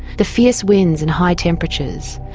the fierce winds and high temperatures,